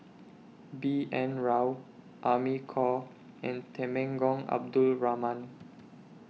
B N Rao Amy Khor and Temenggong Abdul Rahman